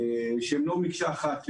שהם לא מקשה אחת,